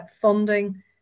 funding